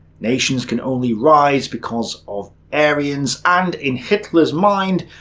nations can only rise because of aryans. and, in hitler's mind,